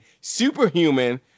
Superhuman